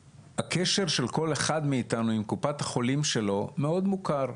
הקשר של כל אחד מאתנו עם קופת החולים שלו מוכר מאוד,